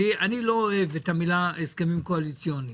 אני לא אוהב את המילים הסכמים קואליציוניים.